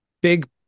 big